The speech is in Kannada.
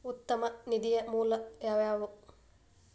ಉತ್ತಮ ನಿಧಿಯ ಮೂಲ ಯಾವವ್ಯಾವು?